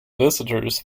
visitors